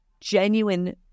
genuine